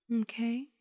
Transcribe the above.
okay